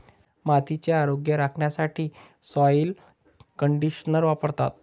मातीचे आरोग्य राखण्यासाठी सॉइल कंडिशनर वापरतात